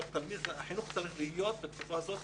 שהחינוך צריך להיות בתקופה הזאת,